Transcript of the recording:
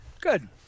Good